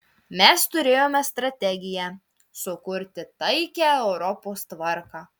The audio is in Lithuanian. mes turėjome strategiją sukurti taikią europos tvarką